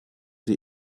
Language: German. sie